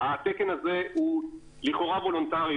התקן הזה הוא לכאורה וולונטרי,